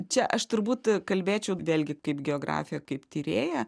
čia aš turbūt kalbėčiau vėlgi kaip geografė kaip tyrėja